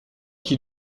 qui